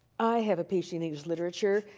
i have a ph d. in english literature,